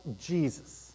Jesus